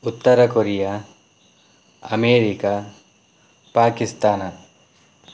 Uttara Korea America Pakistan